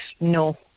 No